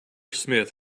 smith